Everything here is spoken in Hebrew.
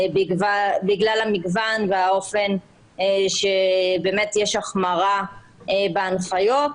בגלל המגוון והאופן שבאמת יש החמרה בהנחיות.